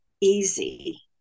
easy